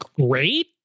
great